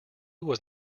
was